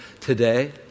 today